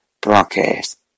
Broadcast